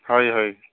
ହଇ ହଇ